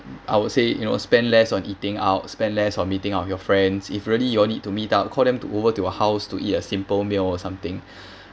I would say you know spend less on eating out spend less on meeting up with your friends if really you all need to meet up call them to over to your house to eat a simple meal or something